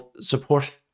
support